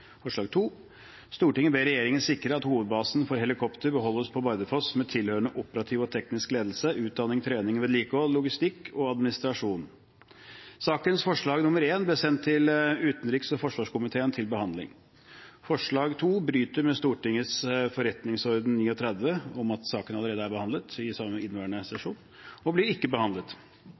forslag: «Stortinget ber regjeringen sikre at det norske forsvaret har egnet helikopterstøtte for Hæren lokalisert på Bardufoss.» «Stortinget ber regjeringen sikre at hovedbasen for helikopter beholdes på Bardufoss, med tilhørende operativ og teknisk ledelse, utdanning, trening, vedlikehold, logistikk og administrasjon.» Sakens forslag nr. 1 ble sendt utenriks- og forsvarskomiteen til behandling. Forslag nr. 2 bryter med Stortingets forretningsorden § 38, da saken allerede er behandlet i inneværende sesjon,